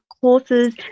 courses